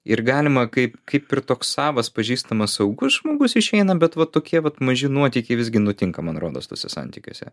ir galima kaip kaip ir toks savas pažįstamas saugus žmogus išeina bet va tokie vat maži nuotykiai visgi nutinka man rodos tuose santykiuose